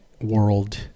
world